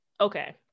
Okay